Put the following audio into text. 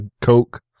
coke